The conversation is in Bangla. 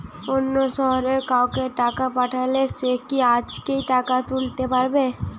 অন্য শহরের কাউকে টাকা পাঠালে সে কি আজকেই টাকা তুলতে পারবে?